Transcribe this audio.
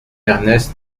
ernest